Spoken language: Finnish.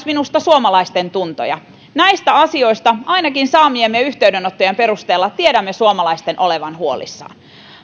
minusta suomalaisten tuntoja näistä asioista ainakin saamiemme yhteydenottojen perusteella tiedämme suomalaisten olevan huolissaan